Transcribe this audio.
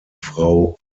frau